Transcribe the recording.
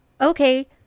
okay